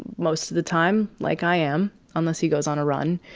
most of the time. like i am on this. he goes on iran,